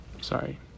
Sorry